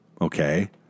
Okay